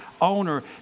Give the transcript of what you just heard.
owner